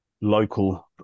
local